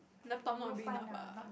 laptop not big enough ah